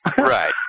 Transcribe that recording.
Right